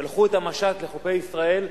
שלחו את המשט לחופי ישראל,